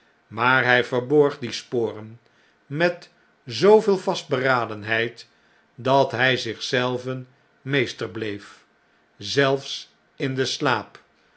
maar hij verborg die sporen met zooveel vastberadenheid dat hjj zich zelven meester bleef zelfs in den slaap